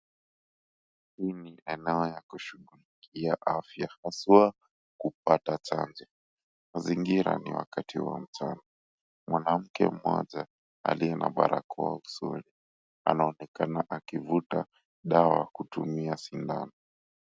Muuguzi anayeshughulikia afya haswa kupata chanjo. Mazingira ni ya wakati wa mchana. Mwanamke mmoja aliye na barakoa usoni anaonekana akivuta dawa kutumia sindano.